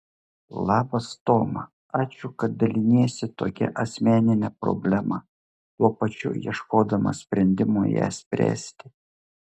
labas toma ačiū kad daliniesi tokia asmenine problema tuo pačiu ieškodama sprendimo ją spręsti